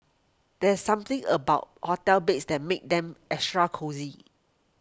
there's something about hotel beds that makes them extra cosy